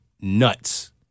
nuts